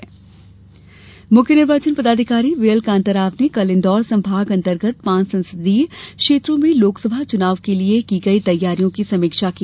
आचार संहिता उल्लघंन मुख्य निर्वाचन पदाधिकारी वी एल कांताराव ने कल इंदौर संभाग अंतर्गत पांच संसदीय क्षेत्रों में लोकसभा चुनाव के लिये की गई तैयारियों की समीक्षा की